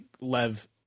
Lev